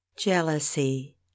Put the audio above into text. Jealousy